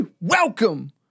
Welcome